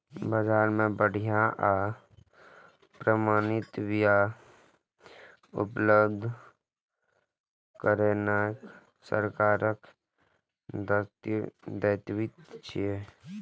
बाजार मे बढ़िया आ प्रमाणित बिया उपलब्ध करेनाय सरकारक दायित्व छियै